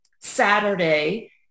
Saturday